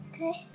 Okay